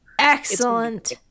excellent